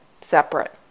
separate